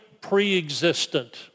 pre-existent